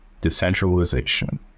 decentralization